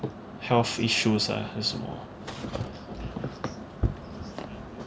health issues ah 还是什么